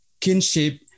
kinship